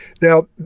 Now